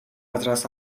газраас